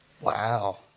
wow